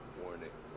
warning